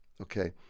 okay